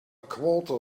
quarter